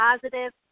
positive